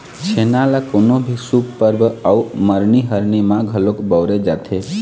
छेना ल कोनो भी शुभ परब अउ मरनी हरनी म घलोक बउरे जाथे